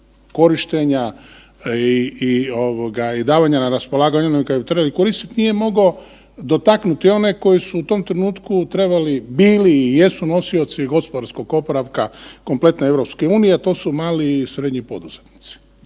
i ovoga i davanja na raspolaganje onima kojima bi trebalo koristit, nije mogo dotaknuti one koji su u tom trenutku trebali, bili i jesu nosioci gospodarskog oporavka kompletne EU, a to su mali i srednji poduzetnici.